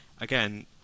again